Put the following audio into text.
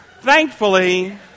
Thankfully